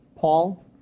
Paul